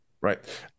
Right